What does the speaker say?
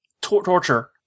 torture